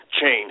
chain